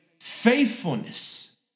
Faithfulness